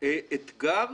אתגר